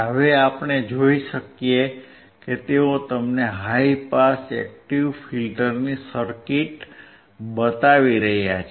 હવે આપણે જોઈ શકીએ છીએ કે તેઓ તમને હાઇ પાસ એક્ટિવ ફિલ્ટરની સર્કિટ બતાવી રહ્યા છે